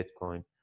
Bitcoin